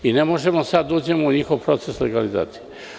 Mi ne možemo sada da uđemo u njihov proces legalizacije.